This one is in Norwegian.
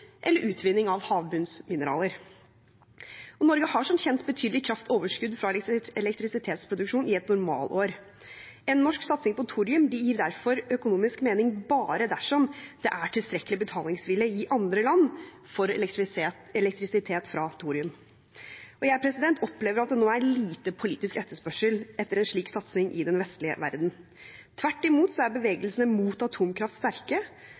eller utvinning av havbunnsmineraler. Norge har som kjent betydelig kraftoverskudd fra elektrisitetsproduksjon i et normalår. En norsk satsing på thorium gir derfor økonomisk mening bare dersom det er tilstrekkelig betalingsvilje i andre land for elektrisitet fra thorium. Jeg opplever at det nå er lite politisk etterspørsel etter en slik satsing i den vestlige verden. Tvert imot er bevegelsene mot atomkraft sterke,